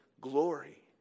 glory